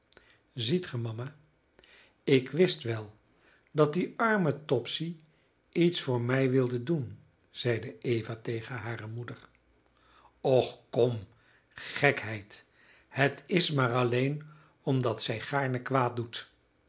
ziet ge mama ik wist wel dat die arme topsy iets voor mij wilde doen zeide eva tegen hare moeder och kom gekheid het is maar alleen omdat zij gaarne kwaad doet